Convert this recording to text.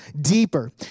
deeper